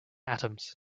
atoms